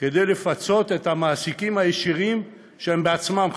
כדי לפצות את המעסיקים הישירים שהם בעצמם חלשים.